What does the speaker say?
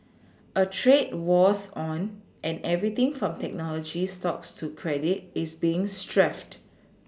a trade war's on and everything from technology stocks to credit is being strafed